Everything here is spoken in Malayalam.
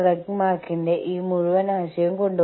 ഞങ്ങൾ സംസാരിച്ച രീതി വ്യത്യസ്തമായിരുന്നു